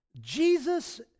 Jesus